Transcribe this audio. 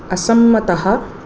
असम्मतः